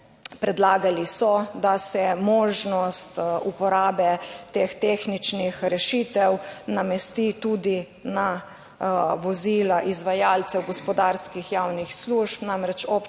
predlagali so, da se možnost uporabe teh tehničnih rešitev namesti tudi na vozila izvajalcev gospodarskih javnih služb. Namreč občine